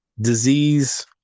disease